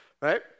right